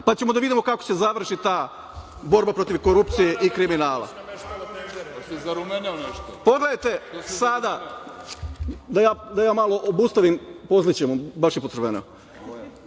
pa ćemo da vidimo kako će da završi ta borba protiv korupcije i kriminala. Pogledajte sada…Da ja malo obustavim, posle ćemo, baš je